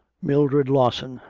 mildred lawson.